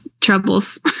troubles